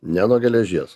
ne nuo geležies